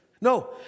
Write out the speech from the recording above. No